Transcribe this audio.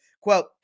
Quote